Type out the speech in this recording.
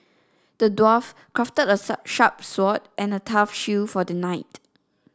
the dwarf crafted a sharp sword and a tough shield for the knight